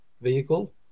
vehicle